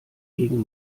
gegen